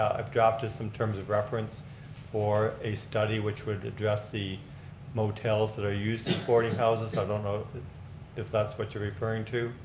i've dropped as some terms of reference for a study that would address the motels that are used as boarding houses. i don't know if that's what you're referring to.